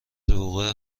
وقوع